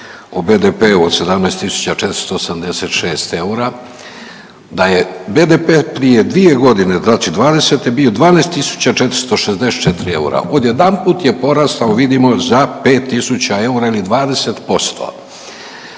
o BDP-u od 17476 eura, da je BDP prije dvije godine bio 12 tisuća 464 eura. Odjedanput je porastao vidimo za 5000 eura ili 20%.